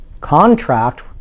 Contract